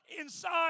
inside